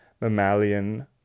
mammalian